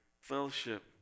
fellowship